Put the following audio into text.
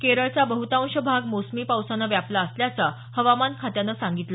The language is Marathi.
केरळचा बहुतांश भाग मोसमी पावसानं व्यापला असल्याचं हवामान खात्यानं सांगितलं